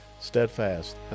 steadfast